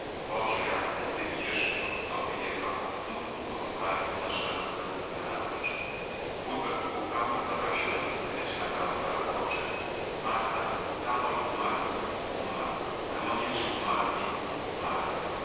boże jasny ty idziesz pod stopy jego a w smutku pozostają tu nasze roztęsknione oczy woodbell słuchał i zdawał się zasypiać nagle rozwarł oczy marta otamor umarł umarł remognerzy umarli umarli